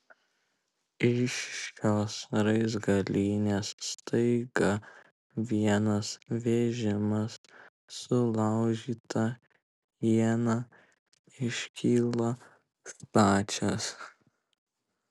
iš šios raizgalynės staiga vienas vežimas sulaužyta iena iškyla stačias